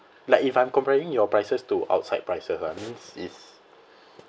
like if I'm comparing your prices to outside prices ah means is